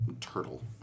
Turtle